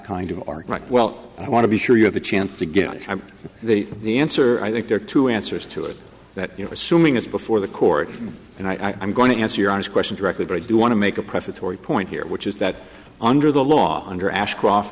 kind of are right well i want to be sure you have a chance to get the answer i think there are two answers to it that you know assuming it's before the court and i'm going to answer your honest question directly but i do want to make a prefatory point here which is that under the law under ashcroft